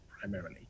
Primarily